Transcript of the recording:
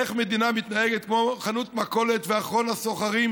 איך מדינה מתנהגת כמו חנות מכולת ואחרון הסוחרים,